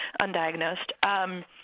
undiagnosed